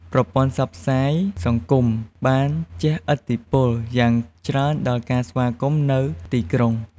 ប្រព័ន្ធផ្សព្វផ្សាយសង្គមបានជះឥទ្ធិពលយ៉ាងច្រើនដល់ ការស្វាគមន៍នៅទីក្រុង។